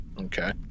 okay